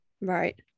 Right